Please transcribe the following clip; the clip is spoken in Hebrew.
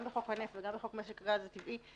גם בחוק הנפט וגם בחוק משק הגז הטבעי,